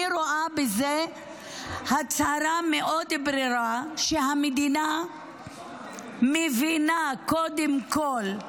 אני רואה בזה הצהרה מאוד ברורה שהמדינה מבינה קודם כול,